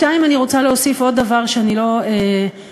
אני רוצה להוסיף עוד דבר שאני לא בטוחה